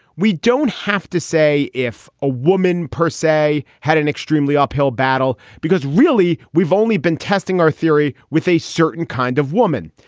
we don't have to say if a woman per say had an extremely uphill battle because really we've only been testing our theory with a certain kind of woman.